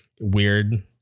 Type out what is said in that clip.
weird